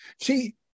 See